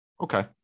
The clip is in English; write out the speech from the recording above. Okay